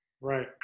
right